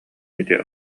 ити